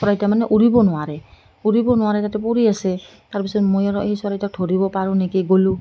চৰাইটো মানে উৰিব নোৱাৰে উৰিব নোৱাৰে তাতে পৰি আছে তাৰ পিছত মই আৰু এই চৰাইটোক ধৰিব পাৰোঁ নেকি গ'লোঁ